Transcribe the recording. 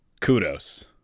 Kudos